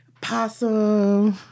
Possum